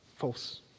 False